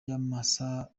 y’amasaha